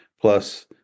plus